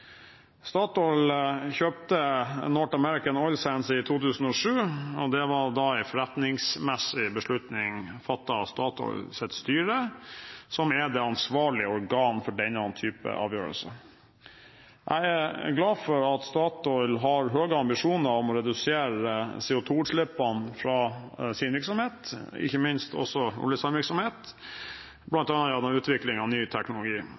Statoil kjøpte North American Oil Sands i 2007. Det var en forretningsmessig beslutning fattet av Statoils styre, som er det ansvarlige organ for denne type avgjørelser. Jeg er glad for at Statoil har høye ambisjoner om å redusere CO2-utslippene fra sin virksomhet, ikke minst også oljesandvirksomhet, bl.a. ved utvikling av ny teknologi.